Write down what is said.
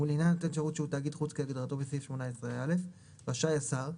ולעניין נותן שירות שהוא תאגיד חוץ כהגדרתו בסעיף 18(א) רשאי השר,